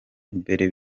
mbere